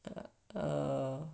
err